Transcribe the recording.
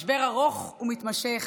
משבר ארוך ומתמשך,